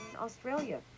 Australia